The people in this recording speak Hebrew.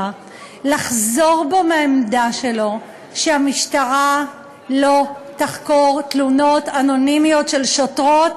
לחזור בו מהעמדה שלו שהמשטרה לא תחקור תלונות אנונימיות של שוטרות